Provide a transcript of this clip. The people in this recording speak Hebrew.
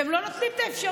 אתם לא נותנים את האפשרות.